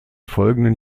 folgenden